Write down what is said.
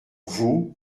vous